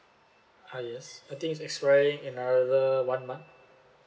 ah yes I think it's expiring another one month